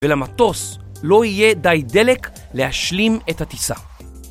ולמטוס לא יהיה די דלק להשלים את הטיסה.